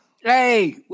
hey